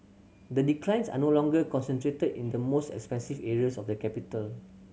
the declines are no longer concentrated in the most expensive areas of the capital